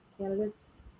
candidates